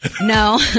No